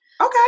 Okay